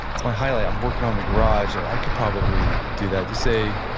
it's my highlight. i'm working on the garage. i could probably do that. just say,